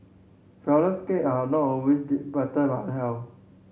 flourless cake are a not always better for health